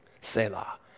Selah